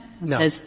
No